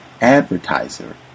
Advertiser